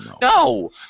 no